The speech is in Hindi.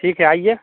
ठीक है आइए